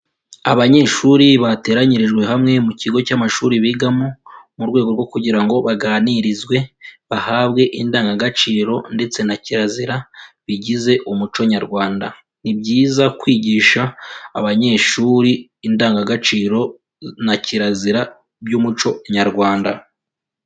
Abanyeshuri bateranyirijwe hamwe mu kigo cy'amashuri bigamo mu rwego rwo kugira ngo baganirizwe bahabwe indangagaciro ndetse na kirazira bigize umuco nyarwanda, ni byiza kwigisha abanyeshuri indangagaciro na kirazira by'umuco nyarwanda.